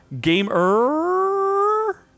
gamer